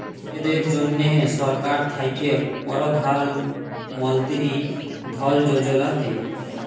লকদের জ্যনহে সরকার থ্যাকে পরধাল মলতিরি ধল যোজলা দেই